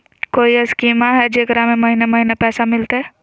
कोइ स्कीमा हय, जेकरा में महीने महीने पैसा मिलते?